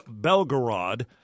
Belgorod